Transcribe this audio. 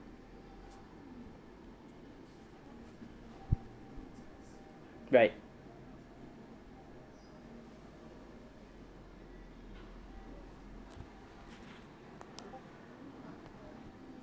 right